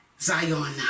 zion